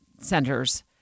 centers